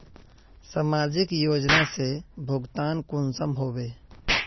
समाजिक योजना से भुगतान कुंसम होबे?